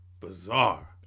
Bizarre